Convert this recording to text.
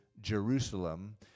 Jerusalem